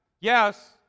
yes